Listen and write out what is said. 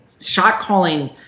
shot-calling